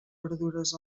verdures